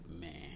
Man